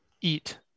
eat